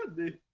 the